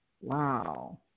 Wow